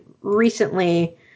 recently